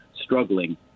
struggling